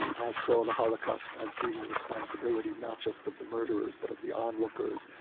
i saw the holocaust as being the responsibility not just of the murderers, but of the onlookers.